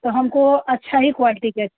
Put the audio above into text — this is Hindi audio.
तो हमको अच्छा ही क्वालटी के